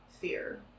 fear